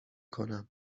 کنم